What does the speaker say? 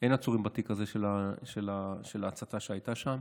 בתיק הזה של ההצתה שהייתה שם,